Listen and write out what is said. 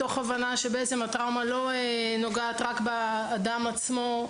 מתוך הבנה שבעצם הטראומה לא נוגעת רק באדם עצמו,